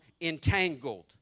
entangled